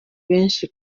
benshi